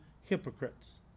hypocrites